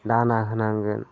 दाना होनांगोन